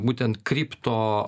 būtent kripto